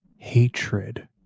hatred